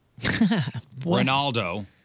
Ronaldo